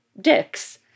dicks